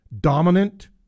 dominant